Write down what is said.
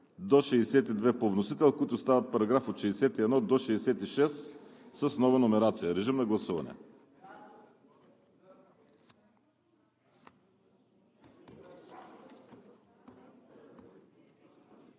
режим на гласуване